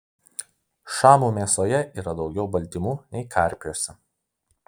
šamų mėsoje yra daugiau baltymų nei karpiuose